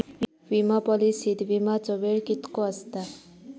विमा पॉलिसीत विमाचो वेळ कीतको आसता?